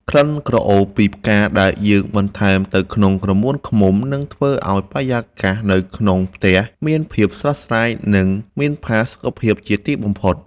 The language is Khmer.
ក្លិនក្រអូបពីផ្កាដែលយើងបន្ថែមទៅក្នុងក្រមួនឃ្មុំ នឹងធ្វើឱ្យបរិយាកាសនៅក្នុងផ្ទះមានភាពស្រស់ស្រាយ និង មានផាសុកភាពជាទីបំផុត។